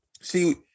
See